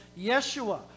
yeshua